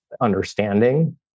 understanding